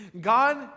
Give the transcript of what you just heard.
God